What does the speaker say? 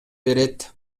берет